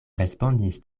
respondis